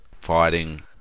fighting